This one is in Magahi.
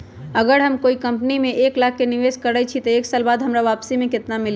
अगर हम कोई कंपनी में एक लाख के निवेस करईछी त एक साल बाद हमरा वापसी में केतना मिली?